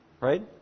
right